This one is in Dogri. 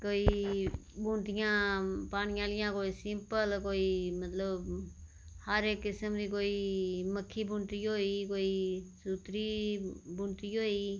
कोई गुड्डियां पाने आहलियां कोई सिंपल कोई मतलब हर इक किस्म दी कोई मक्खी होई गेई कोई सुंती बुनती होई